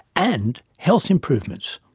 and health improvements.